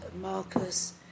Marcus